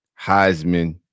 Heisman